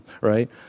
Right